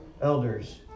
elders